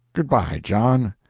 good-by, john.